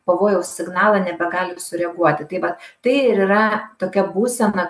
pavojaus signalą nebegali sureaguoti tai va tai ir yra tokia būsena